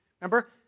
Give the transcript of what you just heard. Remember